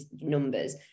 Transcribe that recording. numbers